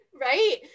Right